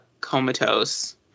comatose